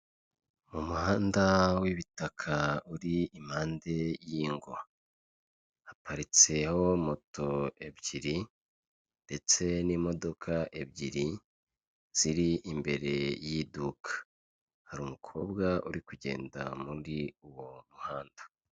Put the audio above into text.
Umuhanda w'ibitaka uri impande y'ingo, haparitseho moto ebyiri ndetse n'imodoka ebyiri ziri imbere y'iduka, hari umukobwa uri kugenda muri uwo muhanda.